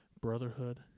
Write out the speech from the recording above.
brotherhood